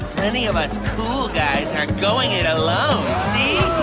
plenty of us cool guys are going it alone. see?